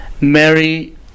Mary